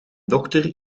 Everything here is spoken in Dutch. dochter